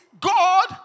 God